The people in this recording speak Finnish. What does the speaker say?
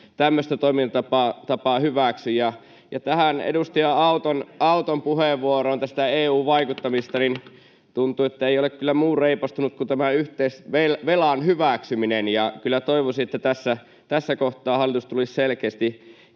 Puhemies koputtaa] Tähän edustaja Auton puheenvuoroon EU-vaikuttamisesta: Tuntuu, että ei ole kyllä muu reipastunut kuin tämä yhteisvelan hyväksyminen. Kyllä toivoisi, että tässä kohtaa hallitus tulisi selkeästi